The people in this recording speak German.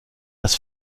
das